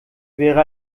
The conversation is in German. wäre